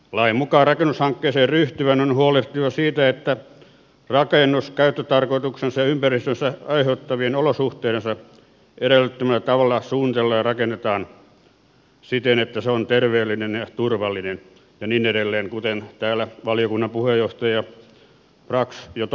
lain mukaan rakennushankkeeseen ryhtyvän on huolehdittava siitä että rakennus käyttötarkoituksensa ja ympäristöstä aiheutuvien olosuhteidensa edellyttämällä tavalla suunnitellaan ja rakennetaan siten että se on terveellinen ja turvallinen ja niin edelleen kuten täällä valiokunnan puheenjohtaja brax jo totesikin